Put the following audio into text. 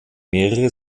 mehrere